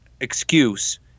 excuse